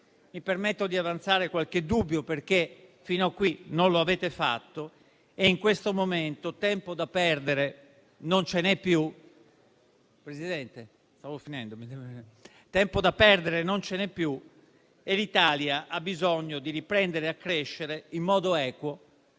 Mi permetto di avanzare qualche dubbio, perché fino a questo momento non lo avete fatto. In questo momento tempo da perdere non ce n'è più e l'Italia ha bisogno di riprendere a crescere in modo equo,